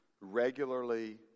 Regularly